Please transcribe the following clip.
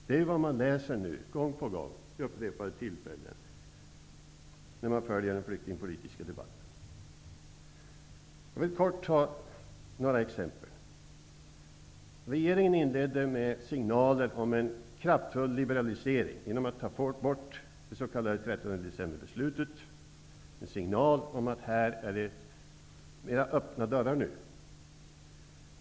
Detta är vad man vid upprepade tillfällen nu läser om, när man följer den flyktingpolitiska debatten. Jag vill kortfattat nämna några exempel. Regeringen inledde med att ge signaler om en kraftfull liberalisering, genom att ta bort det s.k. 13 december-beslutet. Det var en signal om att dörrarna skulle vara mer öppna.